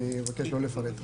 אני אבקש לא לפרט אותן.